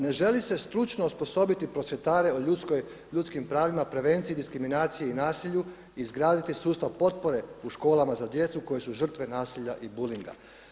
Ne želi se stručno osposobiti prosvjetare o ljudskim pravima, prevenciji, diskriminaciji i nasilju i izgraditi sustav potpore u školama za djecu koje su žrtve nasilja i bulinga.